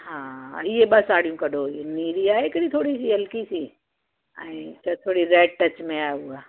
हा इहे ॿ साड़ियूं कढो नीरी आहे हिकड़ी थोरी सी हल्की सी ऐं हिकु थोरी रैड टच में आहे उहा